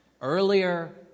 Earlier